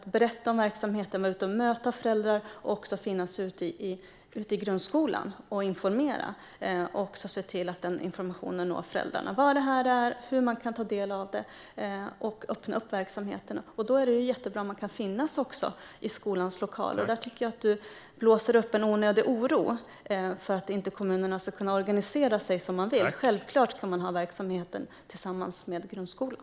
Man måste berätta om verksamheten, vara ute och möta föräldrar, finnas ute i grundskolan och informera och se till att informationen når föräldrarna om vad det här är och hur man kan ta del av det. Man måste öppna upp verksamheten, och då är det jättebra om man kan finnas i skolans lokaler. Där tycker jag att du blåser upp en onödig oro för att kommunerna inte ska kunna organisera sig som de vill. Självklart ska man ha verksamheten tillsammans med grundskolan.